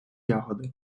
ягоди